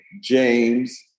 James